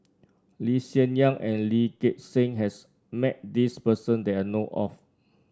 Lee Hsien Yang and Lee Gek Seng has met this person that I know of